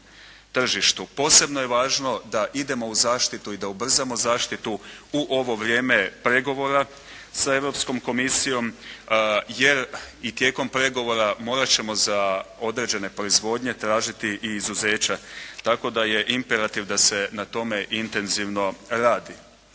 tržištu. Posebno je važno da idemo u zaštitu i da ubrzamo zaštitu u ovo vrijeme pregovora sa Europskom komisijom jer i tijekom pregovora morati ćemo za određene proizvodnje tražiti i izuzeća tako da je imperativ da se na tome intenzivno radi.